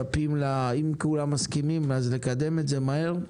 אם כולם מסכימים, נקדם את זה מהר.